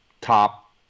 top